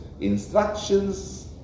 instructions